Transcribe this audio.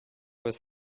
was